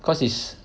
cause is